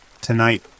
Tonight